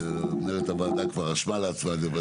מנהלת הוועדה כבר רשמה לעצמה את זה,